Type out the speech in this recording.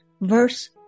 Verse